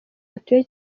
batuye